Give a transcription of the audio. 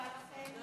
י"ב באדר התשע"ח,